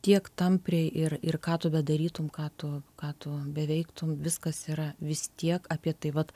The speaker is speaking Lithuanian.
tiek tampriai ir ir ką tu bedarytum ką tu ką tu beveiktum viskas yra vis tiek apie tai vat